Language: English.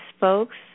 folks